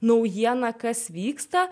naujieną kas vyksta